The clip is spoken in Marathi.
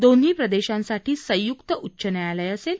दोन्ही प्रदेशांसाठी संयुक उच्च न्यायालय असेल